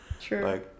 True